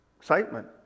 excitement